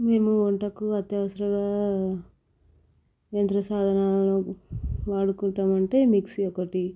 మేము వంటకు అత్యవసరగా యంత్ర సాధనాలను వాడుకుంటాము అంటే మిక్సీ ఒకటి